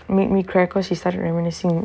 make me cry because he started reminiscing